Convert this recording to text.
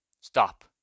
stop